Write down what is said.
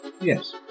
Yes